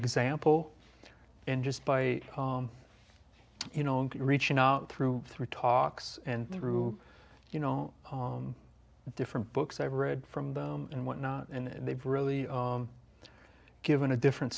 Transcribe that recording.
example and just by you know reaching out through through talks and through you know different books i've read from them and whatnot and they've really given a different